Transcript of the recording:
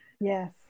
yes